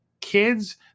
kids